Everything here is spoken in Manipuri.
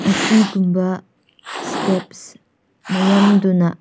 ꯑꯁꯤꯒꯨꯝꯕ ꯏꯁꯇꯦꯞꯁ ꯃꯌꯥꯝꯗꯨꯅ